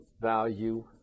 value